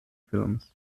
films